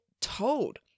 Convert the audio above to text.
told